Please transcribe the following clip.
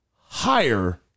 higher